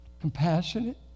compassionate